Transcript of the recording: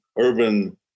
urban